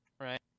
right